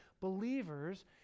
believers